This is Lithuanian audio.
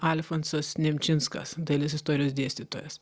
alfonsas nemčinskas dailės istorijos dėstytojas